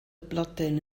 blodyn